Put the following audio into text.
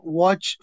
watch